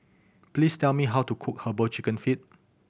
please tell me how to cook Herbal Chicken Feet